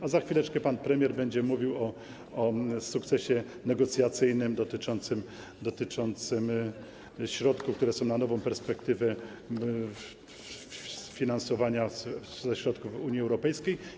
A za chwileczkę pan premier będzie mówił o sukcesie negocjacyjnym dotyczącym środków, które są przeznaczone na nową perspektywę finansowania ze środków Unii Europejskiej.